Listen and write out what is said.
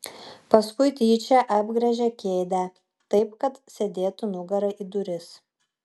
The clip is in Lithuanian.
paskui tyčia apgręžė kėdę taip kad sėdėtų nugara į duris